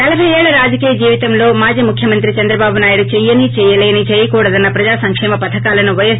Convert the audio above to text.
నలబై ఏళ్ల రాజకీయ జీవితంలో మాజీ ముఖ్యమంత్రి చంద్రబాబు నాయుడు చెయ్యని చెయ్యలేని చేయకూడదన్న ప్రజా సంకేమ పధకాలను పై ఎస్